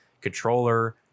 Controller